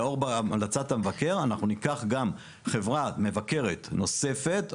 לאור המלצת המבקר אנחנו ניקח גם חברה מבקרת נוספת,